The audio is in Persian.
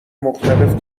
مختلف